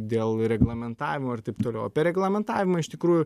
dėl reglamentavimo ir taip toliau apie reglamentavimą iš tikrųjų